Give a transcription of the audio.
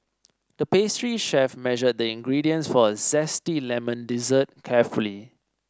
the pastry chef measured the ingredients for a zesty lemon dessert carefully